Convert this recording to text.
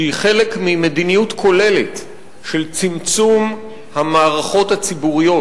שהיא חלק ממדיניות כוללת של צמצום המערכות הציבוריות,